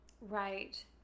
Right